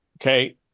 Okay